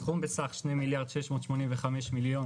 הסכום בסך 2 מיליארד ו-685 מיליון